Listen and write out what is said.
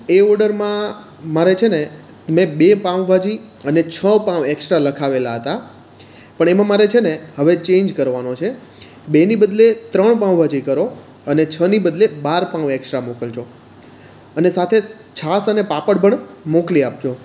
એ ઓર્ડરમાં મારે છે ને મેં છે ને બે પાઉંભાજી અને છ પાઉં એક્સ્ટ્રા લખાવેલા હતા પણ એમાં મારે છે ને હવે ચેન્જ કરવાનું છે બે ની બદલે ત્રણ પાઉંભાજી કરો અને છની બદલે બાર પાઉં એક્સ્ટ્રા મોકલજો અને સાથે છાશ અને પાપડ પણ મોકલી આપજો